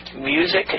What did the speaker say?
Music